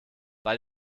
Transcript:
bei